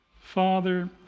Father